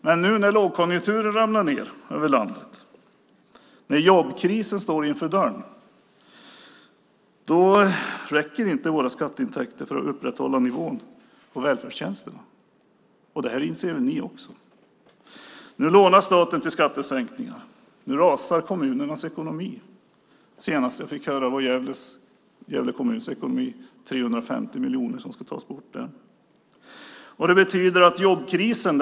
När nu lågkonjunkturen ramlar ned över landet och jobbkrisen står för dörren räcker inte våra skatteintäkter för att upprätthålla nivån på välfärdstjänsterna. Det inser ni också. Staten lånar till skattesänkningar. Kommunernas ekonomi rasar. Det senaste jag hörde var att 350 miljoner ska tas bort i Gävle kommun.